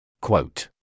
Quote